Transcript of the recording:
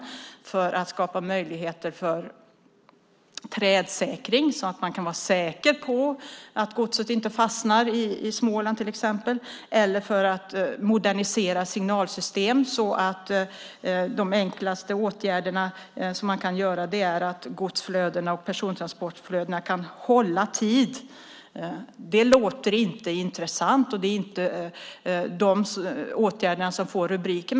Det handlar om att skapa möjligheter för trädsäkring så att man kan vara säker på att godset inte fastnar i till exempel Småland eller att modernisera signalsystem. De är de enklaste åtgärderna man kan göra för att godsflödena och persontransporterna ska kunna hålla tiden. Det låter inte intressant och är inte de åtgärder som får rubriker.